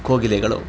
ಕೋಗಿಲೆಗಳು